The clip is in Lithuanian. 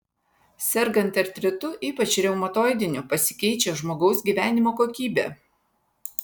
sergant artritu ypač reumatoidiniu pasikeičia žmogaus gyvenimo kokybė